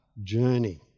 journey